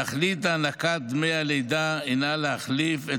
תכלית הענקת דמי הלידה היא להחליף את